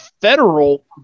federal